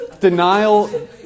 denial